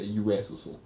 the U_S also